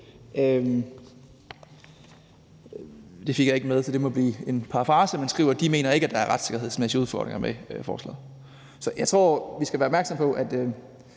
jeg fik det ikke med, så det må blive en parafrase – at de ikke mener, at der er retssikkerhedsmæssige udfordringer med forslaget. Så jeg tror, vi skal være opmærksomme på, at